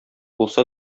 булса